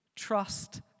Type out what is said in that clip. Trust